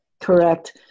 Correct